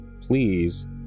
please